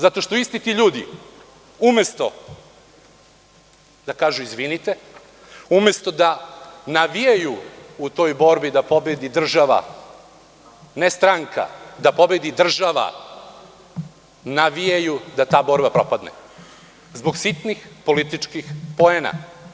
Zato što isti ti ljudi umesto da kažu izvinite, umesto da navijaju u toj borbi da pobedi država, ne stranka, navijaju da ta borba propadne zbog sitnih političkih poena.